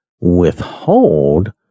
withhold